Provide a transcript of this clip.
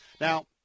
Now